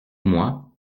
moi